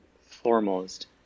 foremost